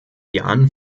jahren